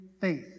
faith